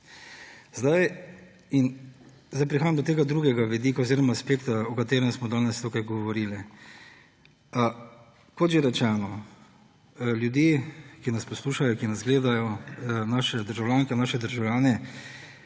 gor. Zdaj prihajam do tega drugega vidika oziroma spektra, o katerem smo danes tukaj govorili. Kot že rečeno, ljudje, ki nas poslušajo, ki nas gledajo, naše državljanke in naši državljani,